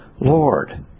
Lord